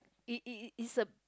it it it it's a